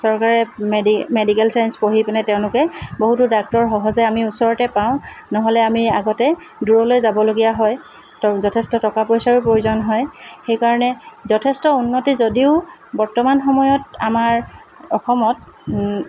চৰকাৰে medi medical science পঢ়ি পিনে তেওঁলোকে বহুতো ডাক্টৰ সহজে আমি ওচৰতে পাওঁ নহ'লে আমি আগতে দূৰলৈ যাবলগীয়া হয় ত যথেষ্ট টকা পইচাৰো প্ৰয়োজন হয় সেইকাৰণে যথেষ্ট উন্নতি যদিও বৰ্তমান সময়ত আমাৰ অসমত